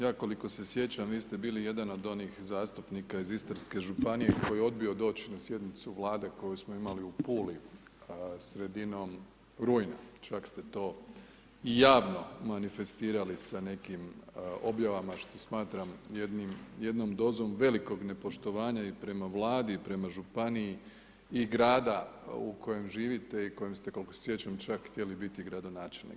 Ja koliko se sjećam vi ste bili jedan od onih zastupnika iz Istarske županije koji je odbio doći na sjednicu Vlade koju smo imali u Puli sredinom rujna, čak ste to i javno manifestirali sa nekim objavama što smatram jednom dozom velikog nepoštovanja i prema Vladi i prema županiji i grada u kojem živite i kojem se koliko se sjećam čak htjeli biti i gradonačelnik.